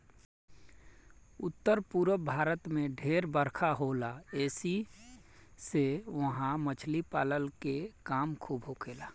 उत्तर पूरब भारत में ढेर बरखा होला ऐसी से उहा मछली पालन के काम खूब होखेला